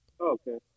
Okay